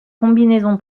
combinaison